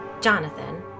Jonathan